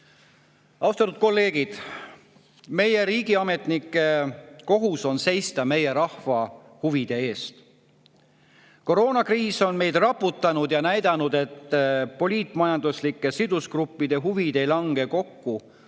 Austatud kolleegid! Meie riigiametnike kohus on seista meie rahva huvide eest. Koroonakriis on meid raputanud ja näidanud, et poliit-majanduslike sidusgruppide huvid ei lange kokku